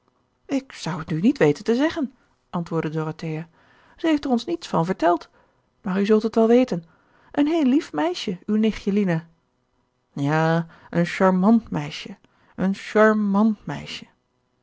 ik zou het u niet weten te zeggen antwoordde dorothea zij heeft er ons niets van verteld maar u zult het wel weten een heel lief meisje uw nichtje lina ja een charmant meisje een charmant meisje